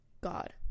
God